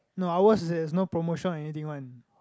no ours is there's no promotion or anything one